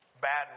bad